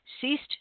ceased